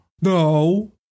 No